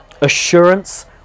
Assurance